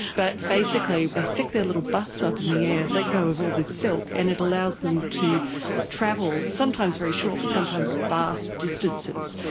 but basically they stick their little butts up in the air, let go of all this silk, and it allows them to travel, sometimes very short but sometimes vast distances.